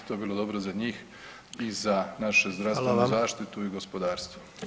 To bi bilo dobro za njih i za naše zdravstvenu zaštitu i gospodarstvo.